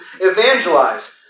evangelize